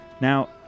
Now